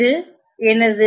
இது எனது